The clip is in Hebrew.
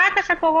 אחר כך הקורונה,